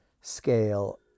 scale